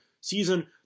season